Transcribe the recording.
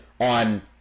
on